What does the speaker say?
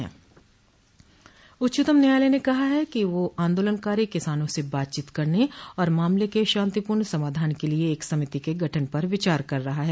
उच्चतम न्यायालय ने कहा है कि वह आंदोलनकारी किसानों से से बातचीत करने और मामले के शांतिपूर्ण समाधान के लिए एक समिति के गठन पर विचार रहा है